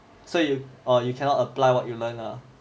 so you orh you cannot apply what you learn lah